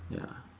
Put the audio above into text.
ya